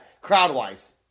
crowd-wise